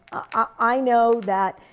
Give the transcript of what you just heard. i know that